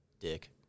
Dick